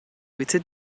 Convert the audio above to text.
bitte